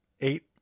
Eight